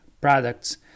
products